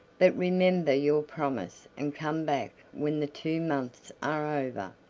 but remember your promise and come back when the two months are over,